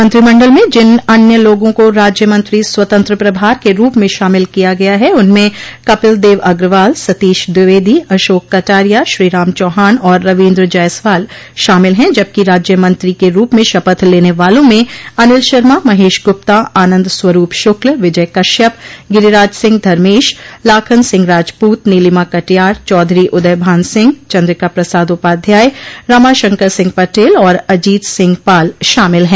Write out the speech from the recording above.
मंत्रिमंडल में जिन अन्य लोगों को राज्य मंत्री स्वतंत्र प्रभार के रूप में शामिल किया गया है उनमें कपिल देव अग्रवाल सतीश द्विवेदी अशोक कटारिया श्रीराम चौहान और रवीन्द्र जायसवाल शामिल हैं जबकि राज्य मंत्री के रूप में शपथ लेने वालों में अनिल शर्मा महेश गुप्ता आनन्द स्वरूप शुक्ल विजय कश्यप गिरिराज सिंह धर्मेश लाखन सिंह राजपूत नीलिमा कटियार चौधरी उदयभान सिंह चन्द्रिका प्रसाद उपाध्याय रमाशंकर सिंह पटेल और अजीत सिंह पाल शामिल हैं